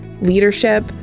leadership